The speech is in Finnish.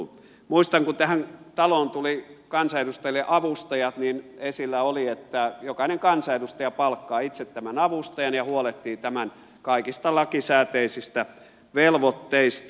muistan että kun tähän taloon tuli kansanedustajille avustajat niin esillä oli että jokainen kansanedustaja palkkaa itse tämän avustajan ja huolehtii tämän kaikista lakisääteisistä velvoitteista